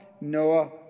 Noah